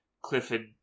Clifford